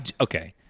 Okay